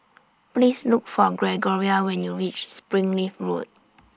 Please Look For Gregoria when YOU REACH Springleaf Road